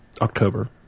October